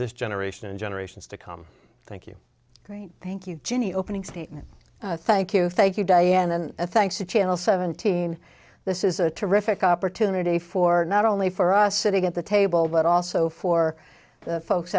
this generation and generations to come thank you great thank you ginny opening statement thank you thank you diane thanks to channel seventeen this is a terrific opportunity for not only for us sitting at the table but also for the folks